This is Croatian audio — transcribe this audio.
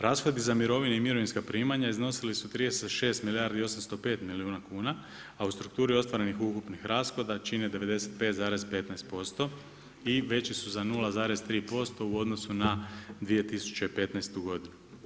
Rashodi za mirovinu i mirovinska primanja iznosili su 36 milijardi i 805 milijuna kuna, a u strukturi ostvarenih ukupnih rashoda čine 95,15% i veći su za 0,3% u odnosu na 2015. godinu.